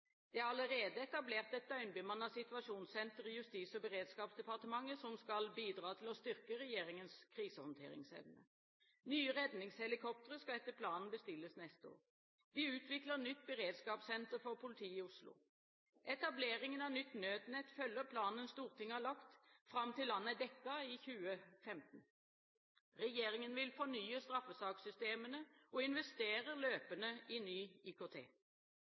Det er allerede etablert et døgnbemannet situasjonssenter i Justis- og beredskapsdepartementet som skal bidra til å styrke regjeringens krisehåndteringsevne. Nye redningshelikoptre skal etter planen bestilles neste år. Vi utvikler nytt beredskapssenter for politiet i Oslo. Etableringen av nytt nødnett følger planen Stortinget har lagt, fram til landet er dekket i 2015. Regjeringen vil fornye straffesakssystemene, og investerer løpende i ny IKT.